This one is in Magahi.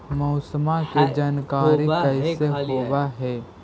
मौसमा के जानकारी कैसे होब है?